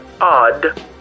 Odd